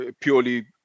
purely